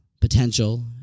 potential